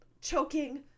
choking